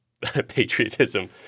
patriotism